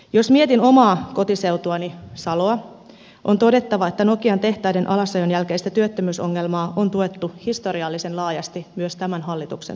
jos mietin omaa kotiseutuani saloa on todettava että nokian tehtaiden alasajon jälkeistä työttömyysongelmaa on tuettu historiallisen laajasti myös tämän hallituksen toimesta